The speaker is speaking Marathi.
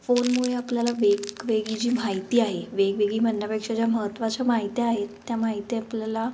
फोनमुळे आपल्याला वेगवेगळी जी माहिती आहे वेगवेगळी म्हणण्यापेक्षा ज्या महत्त्वाच्या माहित्या आहेत त्या माहिती आपल्याला